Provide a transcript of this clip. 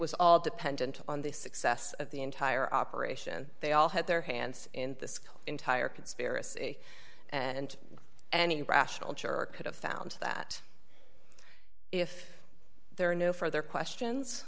was all dependent on the success of the entire operation they all had their hands in this entire conspiracy and any rational church could have found that if there are no further questions